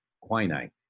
quinine